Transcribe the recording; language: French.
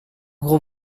gros